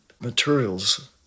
Materials